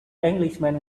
englishman